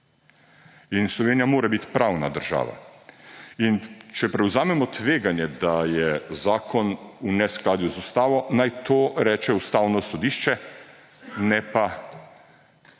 Slovenija mora biti pravna država. In če prevzamemo tveganje, da je zakon v neskladju z ustavo, naj to reče Ustavno sodišče, ne pa bančni